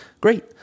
Great